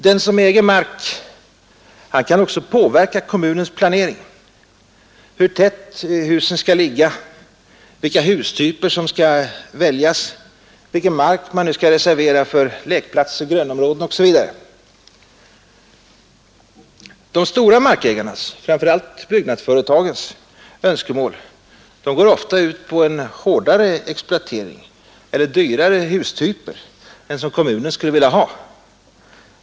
Den som äger mark kan också påverka kommunens planering: hur tätt husen skall ligga, vilka hustyper som skall väljas, vilken mark som skall reserveras för lekplatser, grönområden osv. De stora markägarnas — framför allt byggnadsföretagens — önskemål går ofta ut på en hårdare exploatering eller dyrare hustyper än kommunen skulle vilja ha.